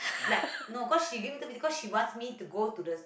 like no cause she gives me two fifty cause she wants me to go to the